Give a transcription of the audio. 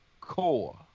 core